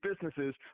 businesses